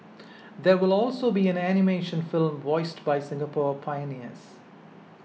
there will also be an animation film voiced by Singapore pioneers